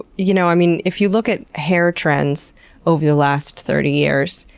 you know, i mean if you look at hair trends over the last thirty years,